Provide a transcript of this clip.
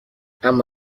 اما